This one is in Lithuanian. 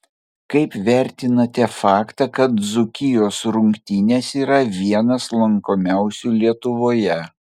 kaip vertinate faktą kad dzūkijos rungtynės yra vienas lankomiausių lietuvoje